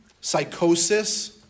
psychosis